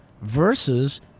versus